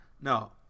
No